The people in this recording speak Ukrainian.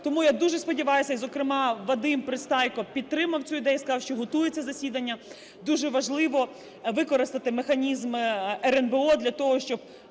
Тому я дуже сподіваюся, і, зокрема, Вадим Пристайко підтримав цю ідею, і сказав, що готується засідання. Дуже важливо використати механізм РНБО для того, щоб